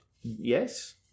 yes